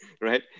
right